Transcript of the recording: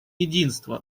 единство